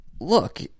look